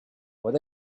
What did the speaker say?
what